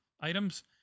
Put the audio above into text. items